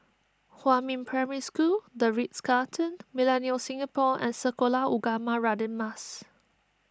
Huamin Primary School the Ritz Carlton Millenia Singapore and Sekolah Ugama Radin Mas